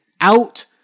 out